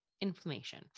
inflammation